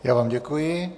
Já vám děkuji.